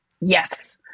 Yes